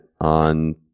on